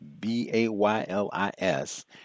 B-A-Y-L-I-S